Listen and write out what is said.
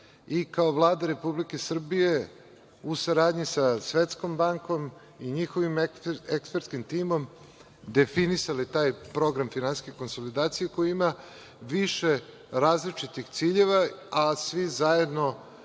Kao Vlada Republike Srbije, u saradnji sa Svetskom bankom i njihovim ekspertskim timom, definisali smo taj program finansijske konsolidacije koji ima više različitih ciljeva, a svi zajedno